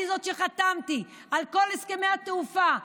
אני זאת שחתמתי על כל הסכמי התעופה,